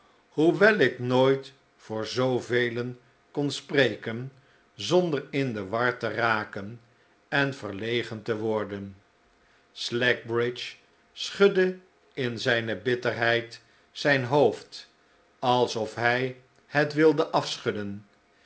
hoewel ik nooit voor zoovelen kon spreken zonder in de war te raken en verlegen te worden slackbridge schudde in zijne bitterheid zijn hoofd alsof hij het wilde afschudden